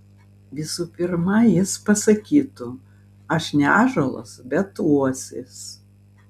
visų pirma jis pasakytų aš ne ąžuolas bet uosis